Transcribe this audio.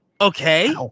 Okay